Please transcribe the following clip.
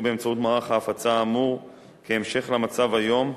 באמצעות מערך ההפצה האמור: כהמשך למצב היום,